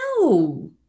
no